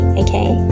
okay